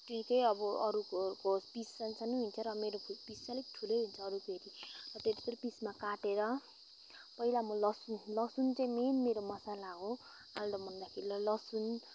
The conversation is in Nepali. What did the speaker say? त्यही चाहिँ अब अरूको पिस सानो सानो हुन्थ्यो र मेरो पिस चाहिँ अलिक ठुलै हुन्छ अरूको हेरी त्यत्तिकै पिसमा काटेर पहिला म लसुन लसुन चाहिँ मेन मेरो मसला हो आलुदम बनाउँदाखेरि लसुन